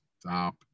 stop